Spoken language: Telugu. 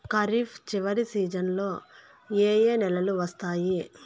ఖరీఫ్ చివరి సీజన్లలో ఏ ఏ నెలలు వస్తాయి